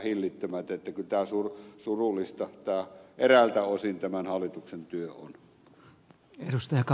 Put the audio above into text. niin että kyllä tämä surullista eräiltä osin tämän hallituksen työ on